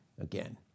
again